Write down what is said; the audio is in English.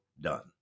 done